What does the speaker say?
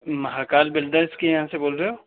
Mahakal builders के यहाँ से बोल रहे हो